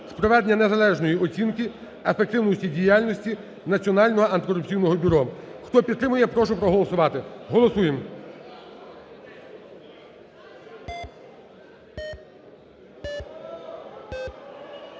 проведення незалежної оцінки ефективності діяльності Національного антикорупційного бюро. Хто підтримує, прошу проголосувати. Голосуємо.